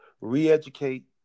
re-educate